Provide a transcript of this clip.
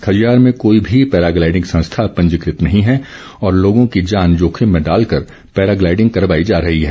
खजियार में कोई भी पैराग्लाइडिंग संस्था पंजीकृत नहीं है और लोगों की जान जोखिम में डालकर पैराग्लाइडिंग करवाई जा रही है